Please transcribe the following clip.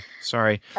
sorry